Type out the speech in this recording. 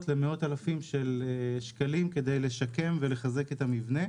למאות אלפים של שקלים כדי לשקם ולחזק את המבנה.